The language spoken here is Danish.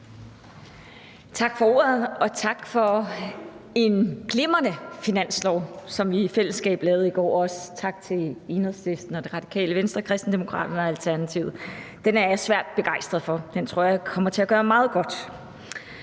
Tak for ordet, og tak for en glimrende finanslov, som vi i fællesskab lavede i går, og også tak til Enhedslisten, Radikale Venstre, Kristendemokraterne og Alternativet. Den er jeg svært begejstret for. Den tror jeg kommer til at gøre meget godt.